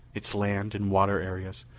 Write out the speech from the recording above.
its land and water areas,